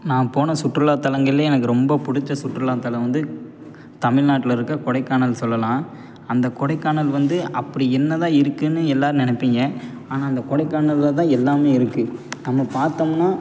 நான் போன சுற்றுலா தளங்கள்லயே எனக்கு ரொம்ப பிடிச்ச சுற்றுலா தளம் வந்து தமிழ்நாட்டில் இருக்க கொடைக்கானல் சொல்லலாம் அந்த கொடைக்கானல் வந்து அப்படி என்ன தான் இருக்குன்னு எல்லாரும் நினப்பீங்க ஆனால் அந்த கொடைக்கானலில்தான் எல்லாமே இருக்கு நம்ம பார்த்தம்னா